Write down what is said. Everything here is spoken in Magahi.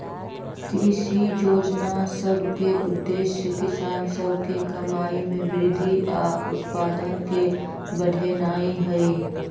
कृषि जोजना सभ के उद्देश्य किसान सभ के कमाइ में वृद्धि आऽ उत्पादन के बढ़ेनाइ हइ